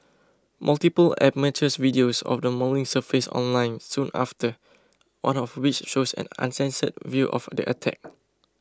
multiple amateurs videos of the mauling surfaced online soon after one of which shows an uncensored view of the attack